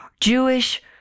Jewish